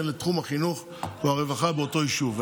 לתחום החינוך או הרווחה באותו יישוב.